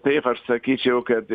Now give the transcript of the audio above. taip aš sakyčiau kad